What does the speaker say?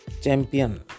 Champion